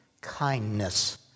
kindness